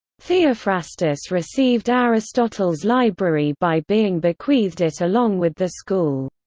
theophrastus received aristotle's library by being bequeathed it along with the school.